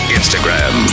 Instagram